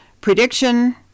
prediction